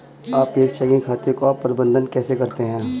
आप एक चेकिंग खाते का प्रबंधन कैसे करते हैं?